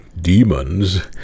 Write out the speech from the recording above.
demons